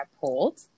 pulled